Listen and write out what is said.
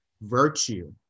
virtue